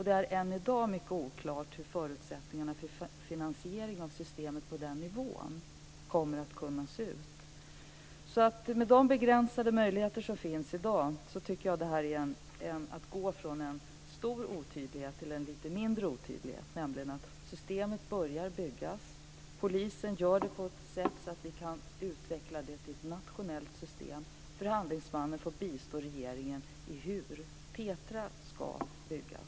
Det är än i dag mycket oklart hur förutsättningarna för finansiering av systemet på den nivån kommer att kunna se ut. Med de begränsade möjligheter som finns i dag tycker jag att detta är att gå från en stor otydlighet till en lite mindre otydlighet, nämligen att systemet börjar byggas, att polisen gör det på ett sådant sätt att vi kan utveckla det till ett nationellt system och att förhandlingsmannen får bistå regeringen i fråga om hur. TETRA ska byggas!